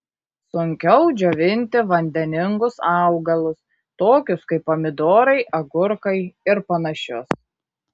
sunkiau džiovinti vandeningus augalus tokius kaip pomidorai agurkai ir panašius